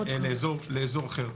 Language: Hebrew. לאזור אחר.